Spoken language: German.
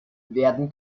werden